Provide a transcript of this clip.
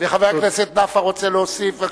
חבר הכנסת נפאע רוצה להוסיף גם